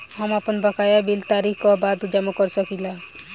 हम आपन बकाया बिल तारीख क बाद जमा कर सकेला?